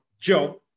job